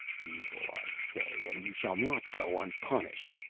evil i say, and you shall not go unpunished.